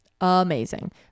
Amazing